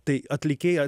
tai atlikėja